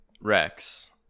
Rex